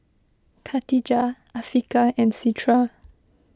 Katijah Afiqah and Citra